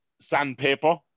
sandpaper